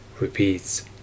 repeats